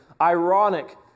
ironic